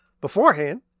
Beforehand